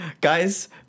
guys